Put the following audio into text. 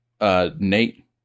Nate